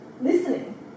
listening